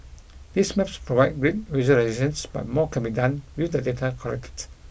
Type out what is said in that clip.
these maps provide great visualisations but more can be done with the data collected